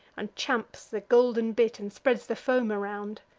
and champs the golden bit, and spreads the foam around.